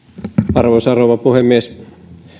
arvoisa rouva puhemies